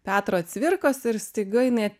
petro cvirkos ir staiga jinai